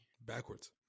backwards